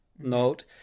note